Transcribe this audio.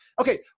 okay